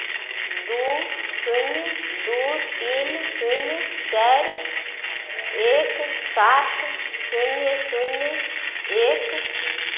दू शून्य दू तीन शून्य चारि एक सात शून्य शून्य एक